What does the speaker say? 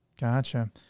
gotcha